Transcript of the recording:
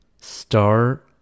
Star